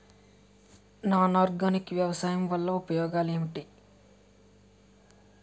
Non organic వ్యవసాయం వల్ల ఉపయోగాలు ఏంటీ?